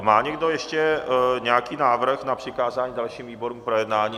Má někdo ještě nějaký návrh na přikázání dalším výborům k projednání?